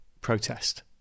protest